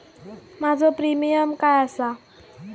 माझो प्रीमियम काय आसा?